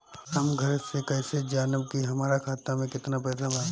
हम घरे से कैसे जानम की हमरा खाता मे केतना पैसा बा?